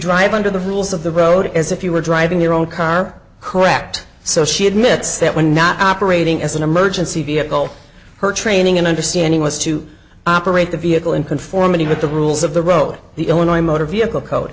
drive under the rules of the road as if you were driving your own car correct so she admits that when not operating as an emergency vehicle her training and understanding was to operate the vehicle in conformity with the rules of the road the illinois motor vehicle co